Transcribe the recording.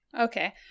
Okay